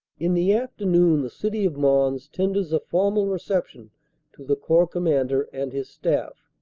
in the afternoon the city of mons tenders a formal reception to the corps commander and his staff.